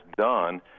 done